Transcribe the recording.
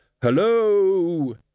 hello